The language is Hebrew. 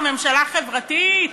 ממשלה חברתית,